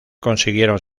consiguieron